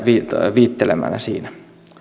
viittelemänä siinä